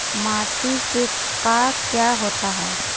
माटी से का क्या होता है?